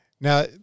Now